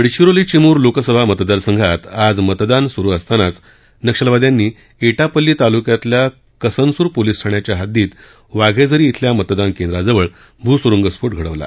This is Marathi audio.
गडचिरोली चिमूर लोकसभा मतदारसंघात आज मतदान सुरू झालं असतानाच नक्षलवाद्यांनी एटापल्ली तालुक्यातील कसनसूर पोलिस ठाण्याच्या हद्दीतील वाघेझरी धिल्या मतदान केंद्राजवळ भूसुरुंग स्फोट घडवला